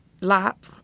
lap